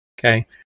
Okay